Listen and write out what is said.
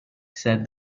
said